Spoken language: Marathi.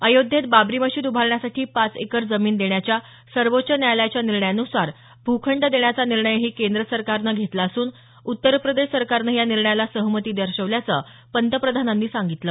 अयोध्येत बाबरी मशीद उभारण्यासाठी पाच एकर जमीन देण्याच्या सर्वोच्च न्यायालयाच्या निर्णयानुसार भूखंड देण्याचा निर्णयही केंद्र सरकारनं घेतला असून उत्तरप्रदेश सरकारनंही या निर्णयाला सहमती दर्शवल्याचं पंतप्रधानांनी सांगितलं